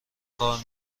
کار